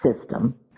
system